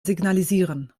signalisieren